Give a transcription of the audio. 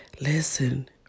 Listen